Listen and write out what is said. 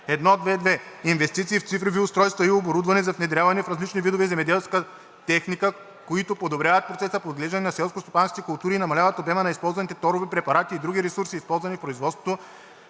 1.2.2. Инвестиции в цифрови устройства и оборудване за внедряване в различни видове земеделска техника, които подобряват процеса по отглеждане на селскостопанските култури и намаляват обема на използваните торове, препарати и други ресурси, използвани в производството